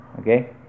okay